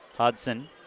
Hudson